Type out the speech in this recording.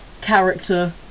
character